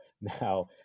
Now